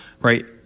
right